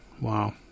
Wow